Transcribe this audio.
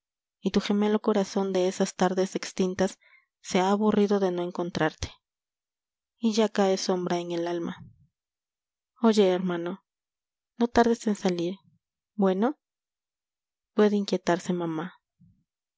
triste y tu gemelo corazón de esas tardes extintas se ha aburrido de no encontrarte y ya cae sombra en el alma oye hermano no tardes en salir bueno puede inquietarse mamá